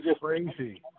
crazy